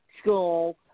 school